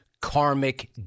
karmic